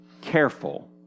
careful